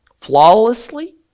flawlessly